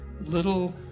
little